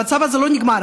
המצב הזה הרי לא נגמר.